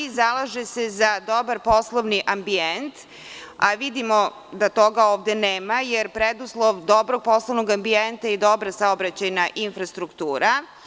Zalaže se za dobar poslovni ambijent, a vidimo da toga ovde nema, jer preduslov dobrog poslovnog ambijenta je dobra saobraćajna infrastruktura.